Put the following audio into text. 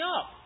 up